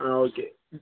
okay